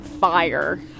fire